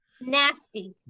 nasty